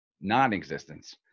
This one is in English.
non-existence